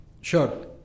Sure